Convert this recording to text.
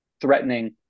threatening